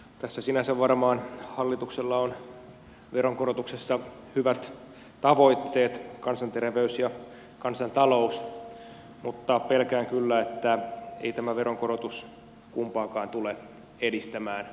tässä sinänsä hallituksella varmaan on veronkorotuksessa hyvät tavoitteet kansanterveys ja kansantalous mutta pelkään kyllä että ei tämä veronkorotus kumpaakaan tule edistämään